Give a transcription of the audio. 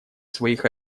своих